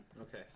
Okay